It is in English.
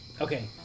Okay